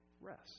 Rest